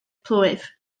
plwyf